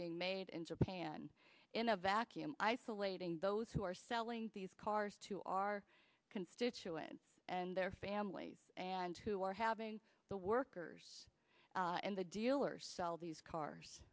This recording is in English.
being made in japan in a vacuum isolating those who are selling these cars to our constituents and their families and who are having the workers and the dealers sell these cars